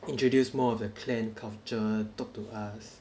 introduce more of the clan culture talk to us